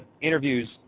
interviews